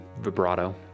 vibrato